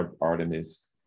Artemis